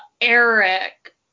Eric